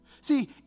See